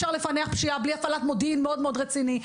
בלי הפעלת מודיעין מאוד רציני.